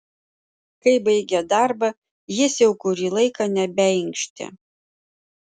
kai baigė darbą jis jau kurį laiką nebeinkštė